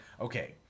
okay